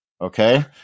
okay